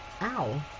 Ow